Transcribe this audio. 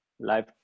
Life